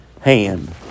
hand